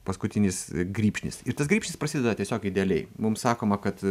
paskutinis grybšnis ir tas grybšnis prasideda tiesiog idealiai mums sakoma kad